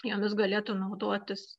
jomis galėtų naudotis